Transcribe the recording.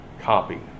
copy